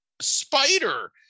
spider